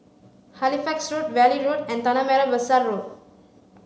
Halifax Road Valley Road and Tanah Merah Besar Road